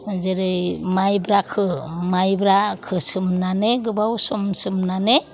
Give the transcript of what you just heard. जेरै माइब्राखौ सोमनानै गोबाव सम सोमनानै